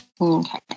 Okay